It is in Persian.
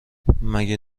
مگه